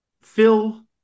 Phil